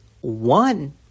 one